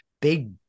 big